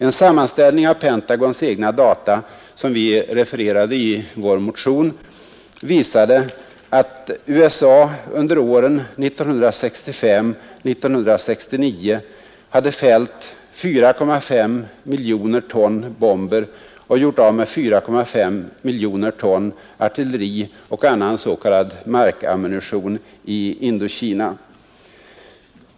En sammanställning av Pentagons egna data, som vi refererade i vår motion, visade att USA under åren 1965—1969 hade fällt 4,5 miljoner ton bomber och gjort av med 4,5 miljoner ton artillerioch annan s.k. markammunition i Indokna.